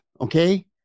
okay –